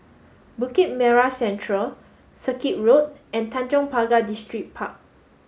Bukit Merah Central Circuit Road and Tanjong Pagar Distripark